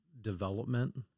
development